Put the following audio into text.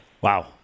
Wow